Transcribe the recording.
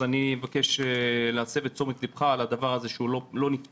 אז אני אבקש להסב את תשומת ליבך לדבר הזה שלא נפתר.